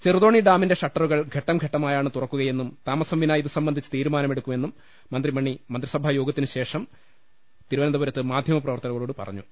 ചെറുതോണി ഡാമിന്റെ ഷട്ടറുകൾ ഘട്ടംഘട്ടമായാണ് തുറ ക്കുകയെന്നും താമസംവിനാ ഇതുസംബന്ധിച്ച് തീരുമാനമെടു ക്കുമെന്നും മന്ത്രി മണി മന്ത്രിസഭാ യോഗത്തിനു ശേഷം തിരു വനന്തപുരത്ത് മാധ്യമങ്ങളോട് പറഞ്ഞു